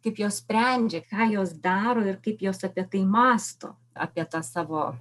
kaip jos sprendžia ką jos daro ir kaip jos apie tai mąsto apie tą savo